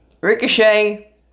Ricochet